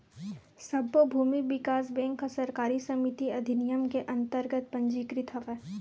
सब्बो भूमि बिकास बेंक ह सहकारी समिति अधिनियम के अंतरगत पंजीकृत हवय